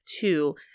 two